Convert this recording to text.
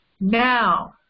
now